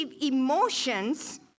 emotions